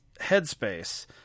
headspace